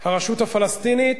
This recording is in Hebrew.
הרשות הפלסטינית